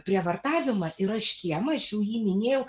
prievartavimą yra škėma aš jau jį minėjau